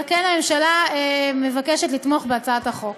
על כן, הממשלה מבקשת לתמוך בהצעת החוק.